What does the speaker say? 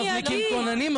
מזניקים כוננים,